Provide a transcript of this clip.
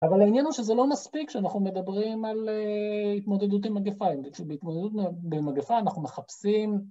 אבל העניין הוא שזה לא מספיק שאנחנו מדברים על אה..התמודדות עם מגפה, בהתמודדות עם מגפה אנחנו מחפשים...